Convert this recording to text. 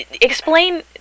Explain